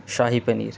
شاہی paneer